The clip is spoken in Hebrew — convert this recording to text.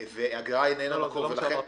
-- ואגרה איננה קנס -- זה לא מה שאמרתי,